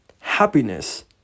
Happiness